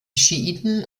schiiten